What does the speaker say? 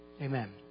Amen